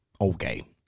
okay